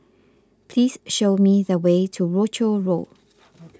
please show me the way to Rochor Road